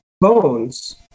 bones